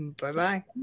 Bye-bye